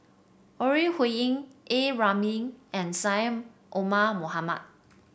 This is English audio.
Ore Huiying A Ramli and Syed Omar Mohamed